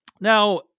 Now